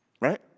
right